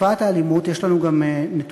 תופעת האלימות, יש לנו גם נתונים,